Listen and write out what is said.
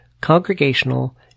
Congregational